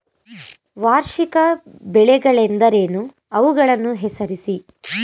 ವಾರ್ಷಿಕ ಬೆಳೆಗಳೆಂದರೇನು? ಅವುಗಳನ್ನು ಹೆಸರಿಸಿ?